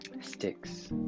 Sticks